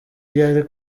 yari